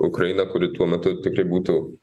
ukraina kuri tuo metu tikrai būtų